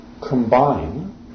combine